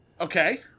Okay